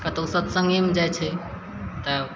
कतहु सतसङ्गे मे जाइ छै तब